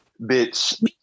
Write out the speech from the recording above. bitch